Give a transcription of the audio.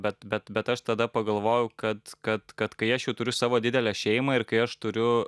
bet bet bet aš tada pagalvojau kad kad kad kai aš jau turiu savo didelę šeimą ir kai aš turiu